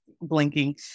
blinking